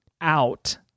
Out